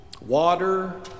water